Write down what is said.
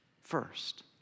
first